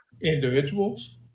Individuals